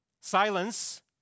Silence